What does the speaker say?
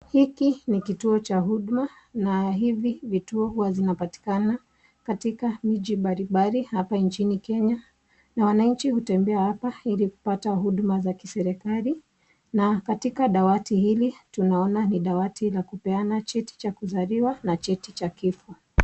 Hiki ni kituo cha huduma na hivi vituo huwa vinapatikana katika mji mbalimbali hapa nchini Kenya na wananchi hutembea hapa ili kupata huduma za kiserikali na katika dawati hili, tunaona ni dawati cha kupeana cheti cha kuzaliwa na cheti cha kifo.